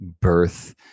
birth